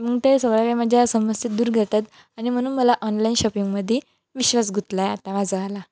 मग ते सगळ्या काही माझा समस्या दूर घेतात आणि म्हणून मला ऑनलाईन शॉपिंगमध्ये विश्वास गुंतला आहे आता माझावाला